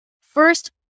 First